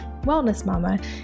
wellnessmama